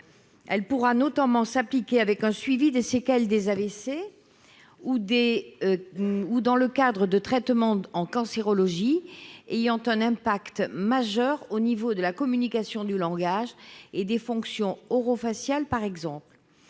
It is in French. Elle pourrait notamment s'appliquer au suivi des séquelles des AVC ou dans le cadre de traitement en cancérologie ayant un impact majeur au niveau de la communication du langage et des fonctions oro-faciales, par exemple.